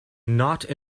not